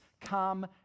come